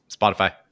Spotify